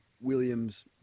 Williams